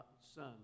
son